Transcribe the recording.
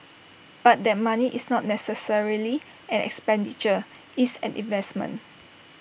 but that money is not necessarily an expenditure it's an investment